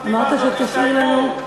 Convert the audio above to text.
אמרת שתשאיר לנו,